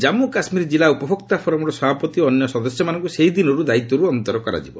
ଜାନ୍ମୁ କାଶ୍ମୀର ଜିଲ୍ଲା ଉପଭୋକ୍ତା ଫୋରମ୍ର ସଭାପତି ଓ ଅନ୍ୟ ସଦସ୍ୟମାନଙ୍କୁ ସେହିଦିନରୁ ଦାୟିତ୍ୱରୁ ଅନ୍ତର କରାଯିବ